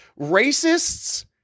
racists